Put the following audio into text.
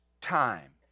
time